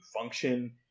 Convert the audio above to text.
function